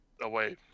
away